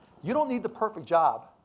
you don't need the perfect job.